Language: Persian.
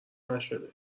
نشده